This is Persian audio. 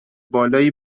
بالایی